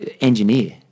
engineer